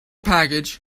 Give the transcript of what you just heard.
package